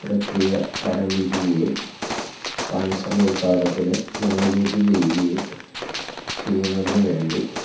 പ്രക്രിയ ആരംഭിക്കുകയും ട്രാൻസ്ഫർ വിഭാഗത്തിന് നാവിഗേറ്റ് ചെയ്യുകയും ചെയ്യുന്നതിന് വേണ്ടി